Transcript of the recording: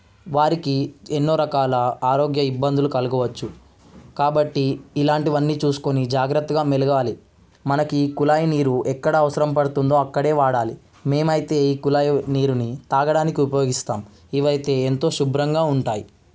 వారికి ఎన్నో రకాల ఆరోగ్య ఇబ్బందులు కలగవచ్చు కాబట్టి ఇలాంటివన్నీ చూసుకోని జాగ్రత్తగా మెలగాలి మనకి కుళాయి నీరు ఎక్కడ అవసరం పడుతుందో అక్కడే వాడాలి మేమైతే ఈ కుళాయి నీరుని తాగడానికి ఉపయోగిస్తాం ఇవైతే ఎంతో శుభ్రంగా ఉంటాయి